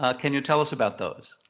ah can you tell us about those?